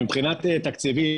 מבחינת תקציבים,